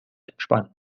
entspannen